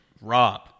Rob